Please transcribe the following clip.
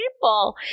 people